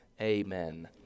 Amen